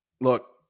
Look